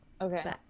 Okay